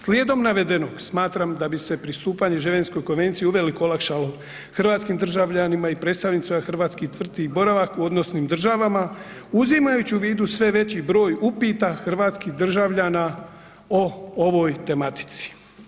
Slijedom navedenog smatram da bi se pristupanje Ženevskoj konvenciji uveliko olakšalo hrvatskim državljanima i predstavnicima hrvatskih tvrtki i boravak u odnosnim državama uzimajući u vidu sve veći broj upita hrvatskih državljana o ovoj tematici.